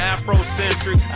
Afrocentric